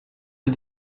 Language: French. est